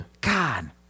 God